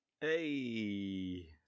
Hey